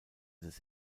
des